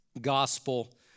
Gospel